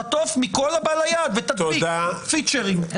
חטוף מכל הבא ליד ותפיק פיצ'רים.